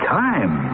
time